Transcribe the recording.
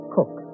Cook